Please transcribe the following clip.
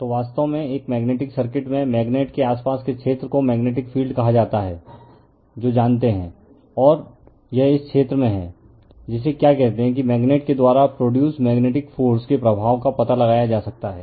तो वास्तव में एक मेग्नेटिक सर्किट में मेग्नेट के आसपास के क्षेत्र को मेग्नेटिक फील्ड कहा जाता है जो जानता है और यह इस क्षेत्र में है जिसे क्या कहते हैं कि मैगनेट के द्वारा प्रोडूस मैग्नेटिक फाॅर्स के प्रभाव का पता लगाया जा सकता है